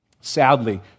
Sadly